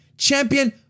champion